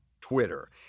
Twitter